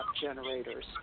generators